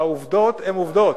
העובדות הן עובדות.